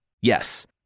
Yes